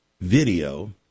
video